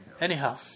Anyhow